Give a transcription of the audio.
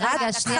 את חסם.